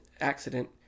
Accident